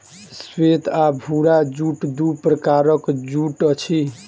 श्वेत आ भूरा जूट दू प्रकारक जूट अछि